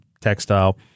Textile